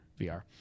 VR